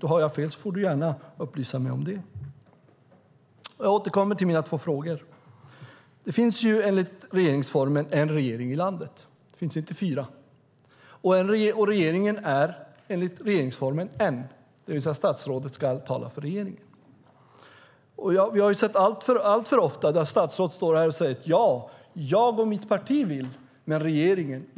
jag har fel får du gärna upplysa mig om det. Jag återkommer till mina två frågor. Det finns enligt regeringsformen en regering i landet, inte fyra. Regeringen är enligt regeringsformen en , det vill säga statsrådet ska tala för regeringen. Vi har alltför ofta sett att statsråd talar om "jag", att "jag och mitt parti vill, men regeringen vill".